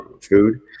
food